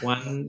One